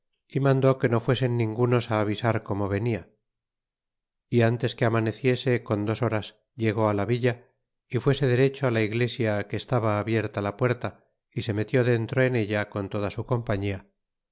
y mandó que no fuesen ningunos avisar como venia y ntes que amaneciese con dos iv ii horas llegó a la villa y fuese derecho que estaba abierta la puerta y se metió den tro en ella con toda su compañía